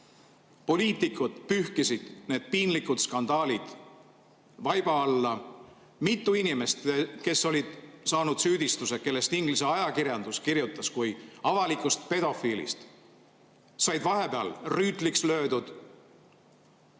Poliitikud pühkisid need piinlikud skandaalid vaiba alla. Mitu inimest, kes olid saanud süüdistuse, kellest Inglise ajakirjandus kirjutas kui avalikest pedofiilidest, said vahepeal rüütliks löödud.